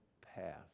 path